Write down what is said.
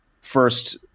first